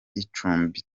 icumbi